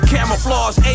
Camouflage